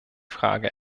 frage